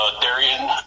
Darian